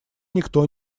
никто